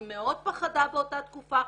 היא מאוד פחדה באותה תקופה,